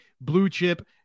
blue-chip